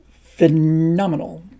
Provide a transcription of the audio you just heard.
phenomenal